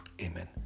Amen